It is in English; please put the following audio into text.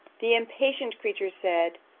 the impatient creature said,